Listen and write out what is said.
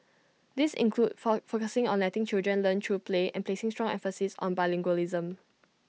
these include for focusing on letting children learn through play and placing strong emphasis on bilingualism